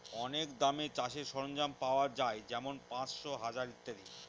অনেক দামে চাষের সরঞ্জাম পাওয়া যাই যেমন পাঁচশো, হাজার ইত্যাদি